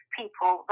people